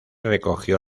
recogió